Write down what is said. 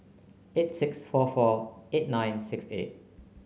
eight six four four eight nine six eight